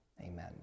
Amen